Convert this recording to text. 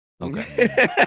Okay